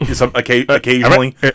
occasionally